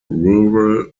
rural